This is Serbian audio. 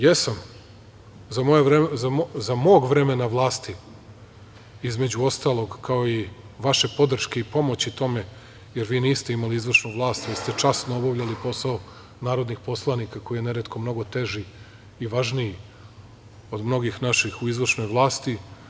Jesam, za mog vremena vlasti, između ostalog, kao i vaše podrške i pomoći tome, jer vi niste imali izvršnu vlast, vi ste časno obavljali posao narodnih poslanika koji je neretko mnogo teži i važniji od mnogih naših u izvršnoj vlasti.